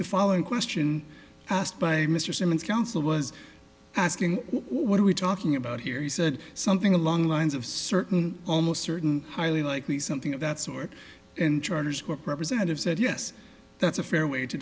the following question asked by mr simmons counsel was asking what are we talking about here he said something along the lines of certain almost certain highly likely something of that sort and charters corp representative said yes that's a fair way to